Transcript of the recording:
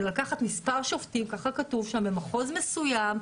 זה לקחת מספר שופטים במחוז מסוים,